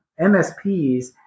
MSPs